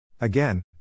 Again